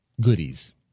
goodies